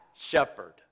shepherd